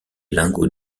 lingots